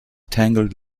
tangled